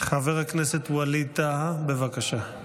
חבר הכנסת ווליד טאהא, בבקשה.